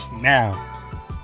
now